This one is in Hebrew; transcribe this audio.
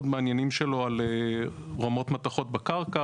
מעניינים שלו על רמות מתכות בקרקע,